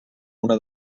una